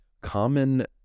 common